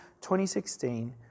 2016